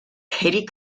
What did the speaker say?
katie